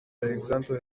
alexandre